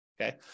okay